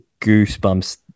Goosebumps